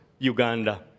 Uganda